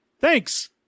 thanks